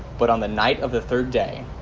but on the night of the third day,